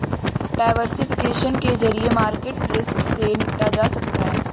diversification के जरिए market risk से निपटा जा सकता है